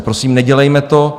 Prosím, nedělejme to.